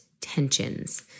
tensions